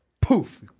Poof